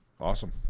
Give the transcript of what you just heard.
Awesome